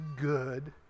good